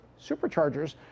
superchargers